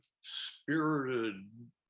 spirited